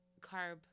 carb